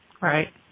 Right